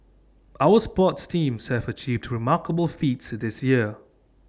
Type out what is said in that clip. our sports teams have achieved remarkable feats this year